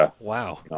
Wow